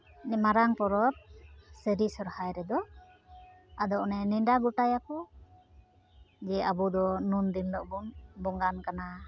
ᱚᱱᱮ ᱢᱟᱨᱟᱝ ᱯᱚᱨᱚᱵᱽ ᱥᱟᱹᱨᱤ ᱥᱚᱨᱦᱟᱭ ᱨᱮᱫᱚ ᱟᱫᱚ ᱚᱱᱮ ᱱᱮᱰᱟ ᱜᱚᱴᱟᱭᱟᱠᱚ ᱡᱮ ᱟᱵᱚ ᱫᱚ ᱱᱩᱱ ᱫᱤᱱ ᱦᱤᱞᱳᱜ ᱵᱚᱱ ᱵᱚᱸᱜᱟᱱ ᱠᱟᱱᱟ